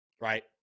right